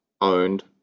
owned